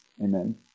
Amen